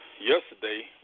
yesterday